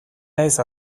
naiz